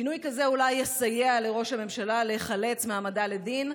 שינוי כזה אולי יסייע לראש הממשלה להיחלץ מהעמדה לדין,